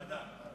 ועדה.